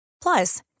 Plus